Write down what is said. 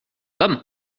l’homme